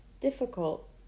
difficult